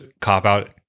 cop-out